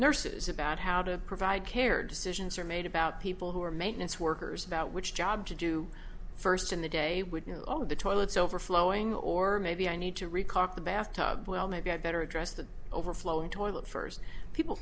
nurses about how to provide care decisions are made about people who are maintenance workers about which job to do first in the day would know oh the toilets overflowing or maybe i need to recall the bath tub well maybe i'd better address the overflowing toilet first people